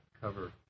cover